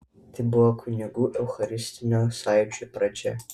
tai buvo kunigų eucharistinio sąjūdžio pradžia